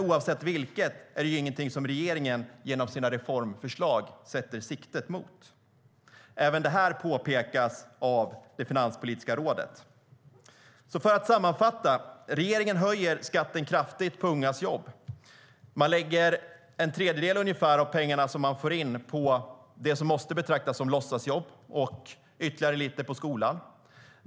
Oavsett vilket är det ju ingenting som regeringen genom sina reformförslag tar sikte på. Även detta påpekas av Finanspolitiska rådet. För att sammanfatta: Regeringen höjer skatten kraftigt på ungas jobb. Man lägger ungefär en tredjedel av pengarna man får in på det som måste betraktas som låtsasjobb och ytterligare lite på skolan.